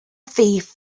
thief